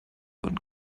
und